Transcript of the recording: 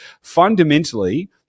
fundamentally